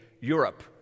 Europe